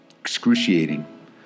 Excruciating